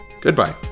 Goodbye